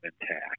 intact